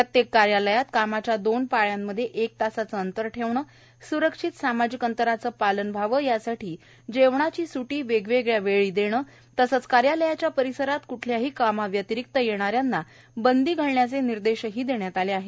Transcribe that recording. प्रत्येक कार्यालयात कामाच्या दोन पाळ्यांमध्ये एक तासाचं अंतर ठेवणं स्रक्षित सामाजिक अंतराचं पालन व्हावं यासाठी जेवणाची स्ट्टी वेगवेगळ्या वेळी देणं तसंच कार्यालयाच्या परिसरात क्ठल्याही कामाव्यतिरिक्त येणाऱ्यांना बंदी घालण्याचे निर्देशही देण्यात आले आहेत